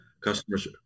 Customers